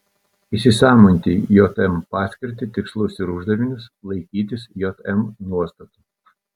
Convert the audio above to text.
įsisąmoninti jm paskirtį tikslus ir uždavinius laikytis jm nuostatų